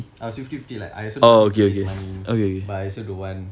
I was fifty fifty like I also don't want him to waste money but I also don't want